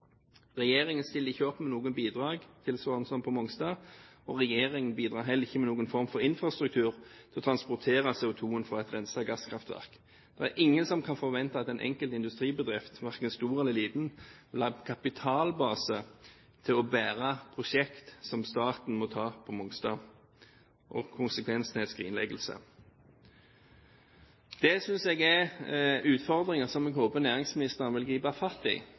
Regjeringen stiller ikke opp med noen bidrag tilsvarende som på Mongstad. Regjeringen bidrar heller ikke med noen form for infrastruktur til å transportere CO2 fra et renset gasskraftverk. Det er ingen som kan forvente at den enkelte industribedrift, verken stor eller liten, vil ha kapitalbase til å bære prosjekter som staten må ta på Mongstad. Og konsekvensene er skrinleggelse. Det synes jeg er utfordringer som jeg håper næringsministeren vil gripe fatt i.